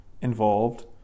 involved